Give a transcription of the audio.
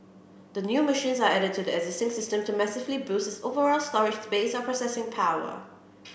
the new machines are added to the existing system to massively boost its overall storage space or processing power